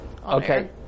Okay